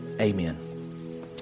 Amen